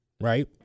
Right